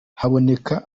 haboneka